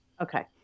Okay